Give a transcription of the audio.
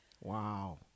Wow